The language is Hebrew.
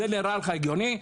זה נראה לך הגיוני?